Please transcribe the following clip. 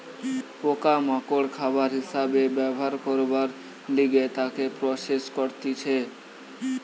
পোকা মাকড় খাবার হিসাবে ব্যবহার করবার লিগে তাকে প্রসেস করতিছে